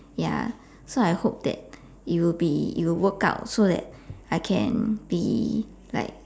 ya so I hope that it'll be it'll work out so that I can be like